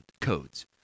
codes